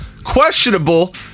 questionable